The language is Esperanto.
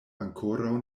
ankoraŭ